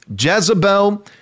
Jezebel